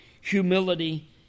humility